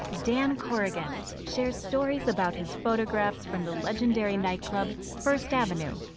dan corrigan shares stories about his photographs from the legendary nightclub, first avenue.